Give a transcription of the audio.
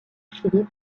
chili